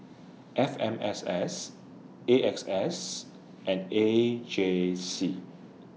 F M S S A X S and A J C